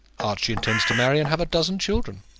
archie intends to marry, and have a dozen children.